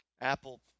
Apple